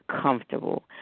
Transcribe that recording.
comfortable